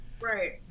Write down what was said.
Right